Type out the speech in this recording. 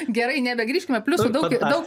gerai nebegrįškime pliusų daug ir daug